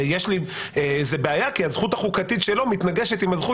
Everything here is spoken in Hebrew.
כי הזכות החוקתית שלו מתנגשת עם הזכות